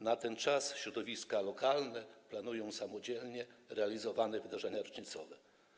Na ten czas środowiska lokalne planują samodzielnie realizowane wydarzenia rocznicowe.